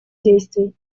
действий